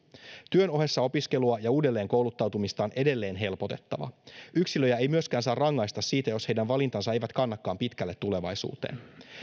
työn ohessa opiskelua ja uudelleenkouluttautumista on edelleen helpotettava yksilöjä ei myöskään saa rangaista siitä jos heidän valintansa eivät kannakaan pitkälle tulevaisuuteen